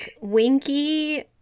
Winky